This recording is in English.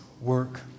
work